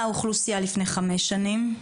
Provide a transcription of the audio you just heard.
אוכלוסיית הכלבים המשוטטים לפני חמש שנים?